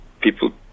people